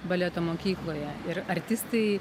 baleto mokykloje ir artistai